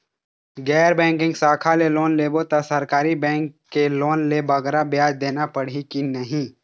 गैर बैंकिंग शाखा ले लोन लेबो ता सरकारी बैंक के लोन ले बगरा ब्याज देना पड़ही ही कि नहीं?